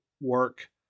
work